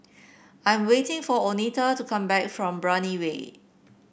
I am waiting for Oneta to come back from Brani Way